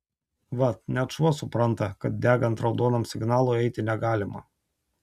vat net šuo supranta kad degant raudonam signalui eiti negalima